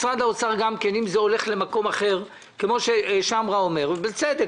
משרד האוצר גם כן כפי ששמרה אומר בצדק,